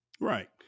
Right